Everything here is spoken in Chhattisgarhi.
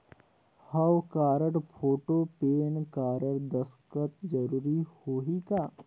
हव कारड, फोटो, पेन कारड, दस्खत जरूरी होही का?